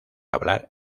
hablar